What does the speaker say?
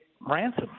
ransom